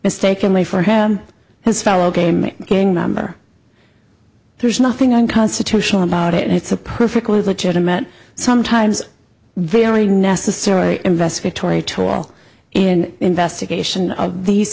mistakenly for him his fellow game gang member there's nothing unconstitutional about it it's a perfectly legitimate sometimes very necessary investigatory toil in investigation of these